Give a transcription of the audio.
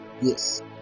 yes